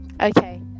Okay